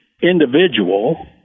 individual